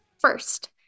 First